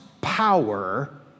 power